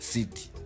City